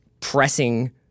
pressing